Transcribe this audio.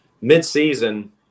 Mid-season –